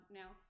now